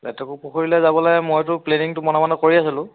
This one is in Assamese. লেটেকুপুখুৰীলৈ যাবলৈ মইতো প্লেনিংটো বনাও বনাও কৰি আছিলোঁ